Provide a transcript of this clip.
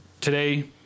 today